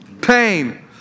Pain